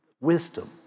wisdom